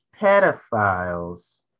pedophiles